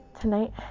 tonight